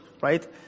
right